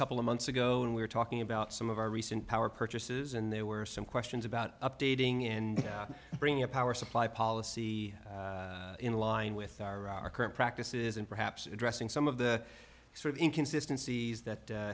couple of months ago when we were talking about some of our recent power purchases and there were some questions about updating and bringing a power supply policy in line with our current practices and perhaps addressing some of the sort of inconsistency that